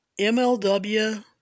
MLW